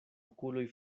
okuloj